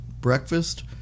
breakfast